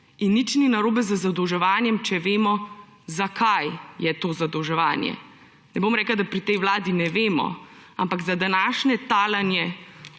In nič ni narobe z zadolževanjem, če vemo, zakaj je to zadolževanje. Ne bom rekla, da pri tej vladi ne vemo, ampak za današnje talanje